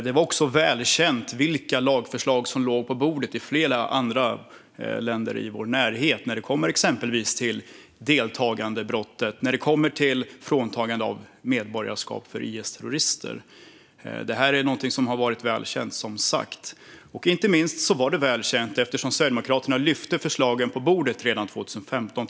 Det var också välkänt vilka lagförslag som låg på bordet i flera andra länder i vår närhet när det kommer exempelvis till deltagandebrottet och fråntagande av medborgarskap för IS-terrorister. Detta är som sagt något som har varit väl känt. Inte minst var det väl känt eftersom Sverigedemokraterna lyfte upp förslagen på bordet redan 2015.